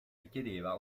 richiedeva